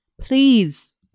Please